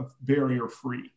barrier-free